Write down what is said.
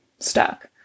Stuck